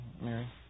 Mary